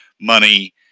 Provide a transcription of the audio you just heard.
money